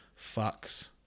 fucks